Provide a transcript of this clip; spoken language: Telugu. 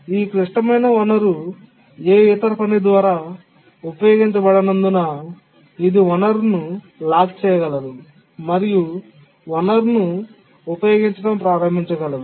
ఈ క్లిష్టమైన వనరు ఏ ఇతర పని ద్వారా ఉపయోగించబడనందున ఇది వనరును లాక్ చేయగలదు మరియు వనరును ఉపయోగించడం ప్రారంభించగలదు